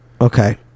Okay